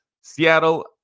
Seattle